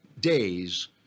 days